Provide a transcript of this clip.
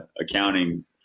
accounting